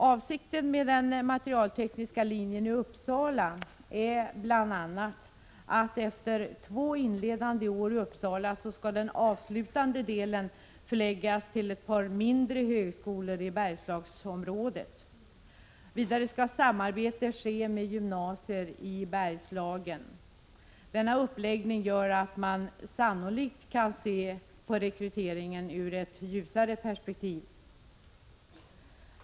Avsikten med den materialtekniska linjen i Uppsala är bl.a. att den avslutande delen efter två inledande år i Uppsala skall förläggas till ett par mindre högskolor i Bergslagsområdet. Vidare skall samarbete ske med gymnasier i Bergslagen. Denna uppläggning gör att man sannolikt kan se på rekryteringen i ett ljusare perspektiv.